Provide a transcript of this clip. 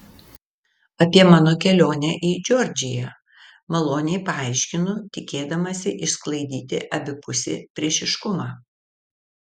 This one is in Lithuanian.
apie mano kelionę į džordžiją maloniai paaiškinu tikėdamasi išsklaidyti abipusį priešiškumą